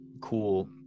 cool